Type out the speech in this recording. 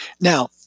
Now